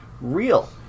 real